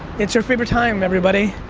it's your favorite time everybody.